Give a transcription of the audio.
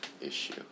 issue